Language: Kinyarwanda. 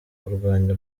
kurwanya